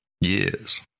Yes